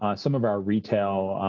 um some of our retail